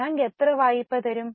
bank എത്ര വായ്പ തരും